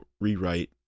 rewrite